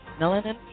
Melanin